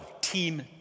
Team